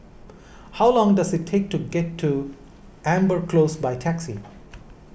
how long does it take to get to Amber Close by taxi